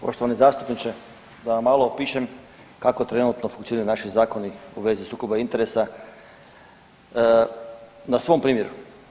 Poštovani zastupniče da vam malo opišem kako trenutno funkcioniraju naši zakoni u vezi sukoba interesa, na svom primjeru.